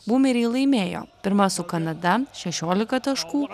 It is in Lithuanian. būmeriai laimėjo pirma su kanada šešiolika taškų